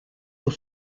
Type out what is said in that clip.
pour